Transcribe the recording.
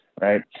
right